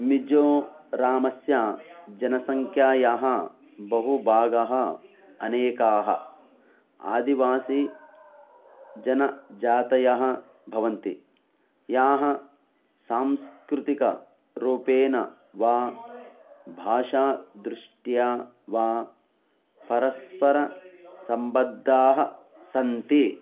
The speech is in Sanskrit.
मिजोरामस्य जनसङ्ख्यायाः बहुभागः अनेकाः आदिवासी जनजातयः भवन्ति याः सांस्कृतिकरूपेण वा भाषादृष्ट्या वा परस्परसम्बद्धाः सन्ति